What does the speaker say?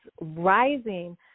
rising